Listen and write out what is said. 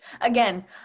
Again